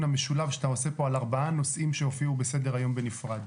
המשולב שאתה עושה פה על 4 נושאים שהופיעו בסדר-היום בנפרד.